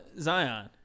Zion